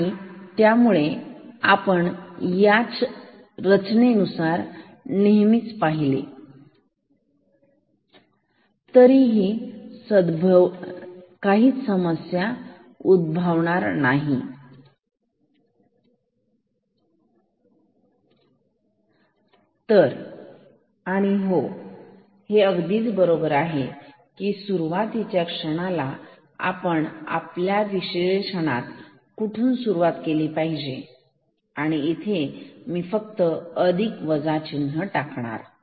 आणि त्यामुळे आपण याच रचनेनुसार नेहमीच राहिलो तरीही काहीच समस्या उद्भवणार नाही तर आणि हो हे अगदीच बरोबर आहे की सुरुवातीच्या क्षणाला आपण आपल्या विश्लेषणाला कुठून सुरुवात केली पाहिजे आता इथे मी फक्त अधिक वजा चिन्ह टाकणार